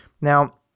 Now